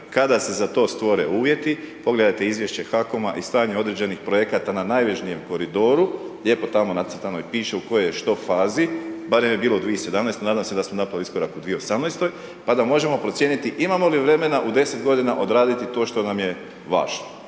kada se za to stvore uvjeti, pogledajte izvješće HAKOM-a i stanje određenih projekata na najjužnijem koridoru, lijepo tamo nacrtano i piše u kojoj je što fazi, barem je bilo u 2017., nadam se da smo napravili iskorak u 2018. pa da možemo procijeniti imamo li vremena u 10 godina odraditi to što nam je važno,